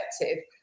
perspective